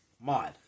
Mod